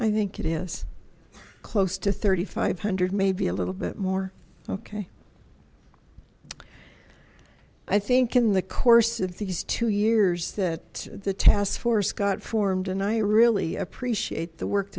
i think it is close to thirty five hundred maybe a little bit more ok i think in the course of these two years that the task force got formed and i really appreciate the